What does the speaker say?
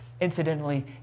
Incidentally